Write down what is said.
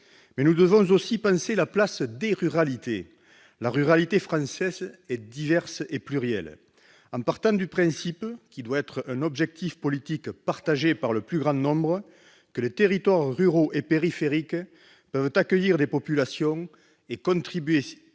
Mais nous devons aussi penser la place des ruralités- la ruralité française est diverse et plurielle -en partant du principe, qui doit être un objectif politique partagé par le plus grand nombre, que les territoires ruraux et périphériques peuvent accueillir des populations et contribuer